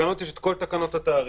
בתקנות יש את כל תקנות התעריף